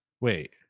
Wait